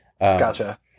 Gotcha